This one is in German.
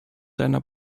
seiner